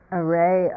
array